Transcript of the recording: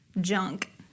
junk